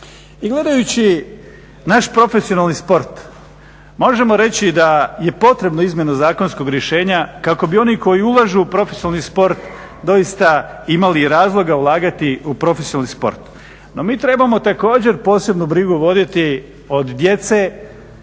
I gledajući naš profesionalni sport, možemo reći da je potrebna izmjena zakonskog rješenja kako bi oni koji ulažu u profesionalni sport doista imali razloga ulagati u profesionalni sport no mi trebamo također posebnu brigu voditi od djece,